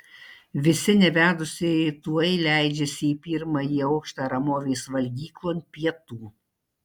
visi nevedusieji tuoj leidžiasi į pirmąjį aukštą ramovės valgyklon pietų